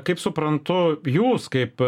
kaip suprantu jūs kaip